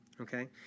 Okay